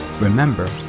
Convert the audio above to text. Remember